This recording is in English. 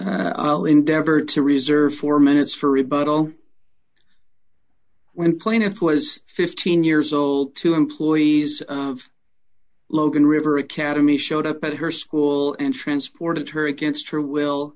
i'll endeavor to reserve four minutes for rebuttal when plaintiff was fifteen years old two employees of logan river academy showed up at her school and transported her against her will